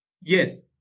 Yes